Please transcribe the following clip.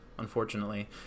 unfortunately